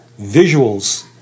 visuals